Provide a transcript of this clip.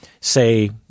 say